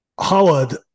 Howard